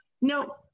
No